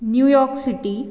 new York city